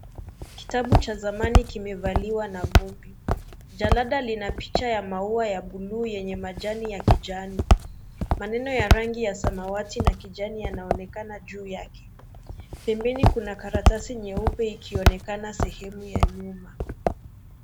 Kitabu cha zamani kimevaliwa na vumbi. Jalada lina picha ya maua ya buluu yenye majani ya kijani. Maneno ya rangi ya samawati na kijani yanaonekana juu yake. Pembeni kuna karatasi nyeupe ikionekana sehemu ya nyuma.